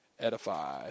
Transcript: edify